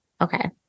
Okay